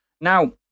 Now